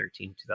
2013